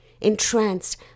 entranced